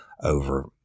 Over